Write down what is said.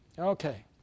Okay